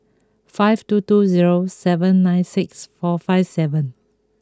five two two zero seven nine six four five seven